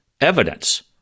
evidence